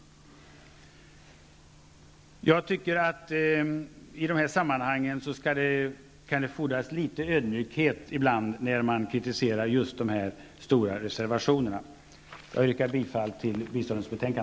Jag tycker att det i de här sammanhangen fordras litet ödmjukhet när man kritiserar just de stora reservationerna. Jag yrkar bifall till utrikesutskottets hemställan.